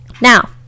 Now